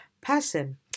person